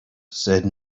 said